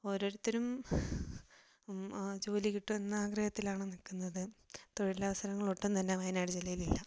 ഓരോരുത്തരും ജോലികിട്ടുമെന്ന ആഗ്രഹത്തിലാണ് നിൽക്കുന്നത് തൊഴിലവസരങ്ങൾ ഒട്ടുംതന്നെ വയനാട് ജില്ലയിലില്ല